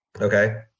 okay